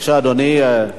בבקשה, אדוני.